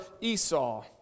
Esau